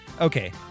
Okay